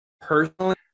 personally